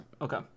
okay